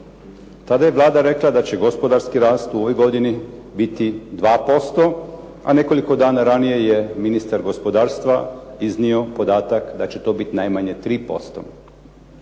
Tada je Vlada rekla da će gospodarski rast u ovoj godini biti 2%, a nekoliko dana ranije je ministar gospodarstva iznio podatak da će to biti najmanje 3%.